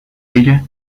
ella